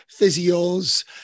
physios